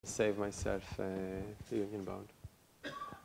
save myself, eh, ?